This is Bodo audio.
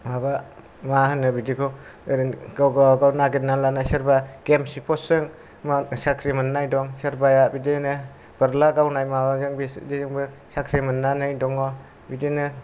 माबा मा होनो बिदिखौ गाव गावा नागेरना लानाय गेमसनि पस्टजों साख्रि मोननाय दं सोरबाया बिदिनो बोरला गावनाय माबाजों बिदिजोंबो साख्रि मोननानै दङ बिदिनो